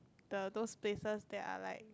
the those places they are like